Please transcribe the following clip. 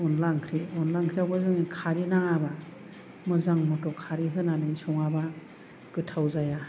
अनला ओंख्रि अनला ओंख्रियावबो जों खारै नाङाबा मोजां मथ' खारै होनानै सङाबा गोथाव जाया